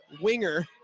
Winger